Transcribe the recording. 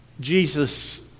Jesus